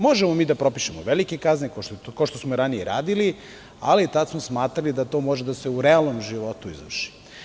Možemo mi da propišemo velike kazne, kao što smo i ranije radili, ali tada smo smatrali da to može u realnom životu da se izvrši.